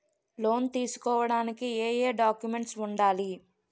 Loan తీసుకోడానికి ఏయే documents వుండాలి?